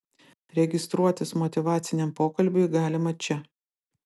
registruotis motyvaciniam pokalbiui galima čia